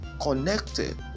connected